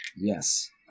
Yes